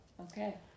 okay